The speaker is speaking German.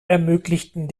ermöglichten